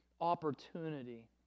opportunity